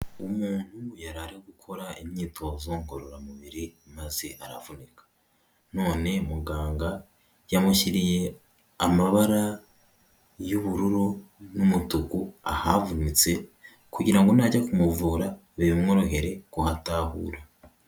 Umuntu yarari gukora imyitozo ngororamubiri, maze aravunika. None muganga yamushyiriye amabara y'ubururu n'umutuku ahavunitse, kugira ngo najya kumuvura bimworohere kuhatahura.